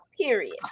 period